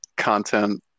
Content